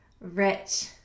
rich